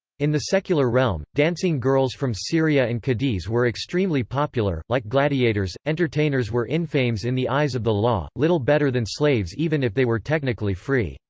in the secular realm, dancing girls from syria and cadiz were extremely popular like gladiators, entertainers were infames in the eyes of the law, little better than slaves even if they were technically free.